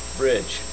bridge